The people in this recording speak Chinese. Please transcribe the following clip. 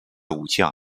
武将